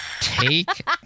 Take